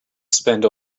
spend